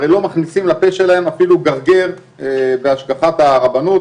הרי לא מכניסים לפה שלם אפילו גרגר בהשגחת הרבנות.